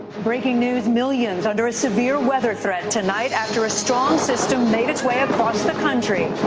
breaking news millions under a severe weather threat tonight after a strong system made its way across the country.